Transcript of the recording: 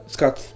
Scott